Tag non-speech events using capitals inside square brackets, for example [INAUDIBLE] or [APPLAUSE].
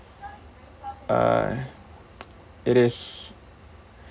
uh [NOISE] it is